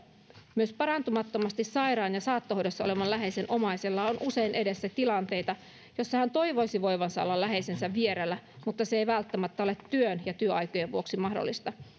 myös parantumattomasti sairaan ja saattohoidossa olevan läheisen omaisella on usein edessä tilanteita joissa hän toivoisi voivansa olla läheisensä vierellä mutta se ei välttämättä ole työn ja työaikojen vuoksi mahdollista